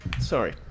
Sorry